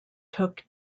took